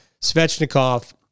Svechnikov